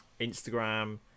instagram